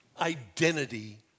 identity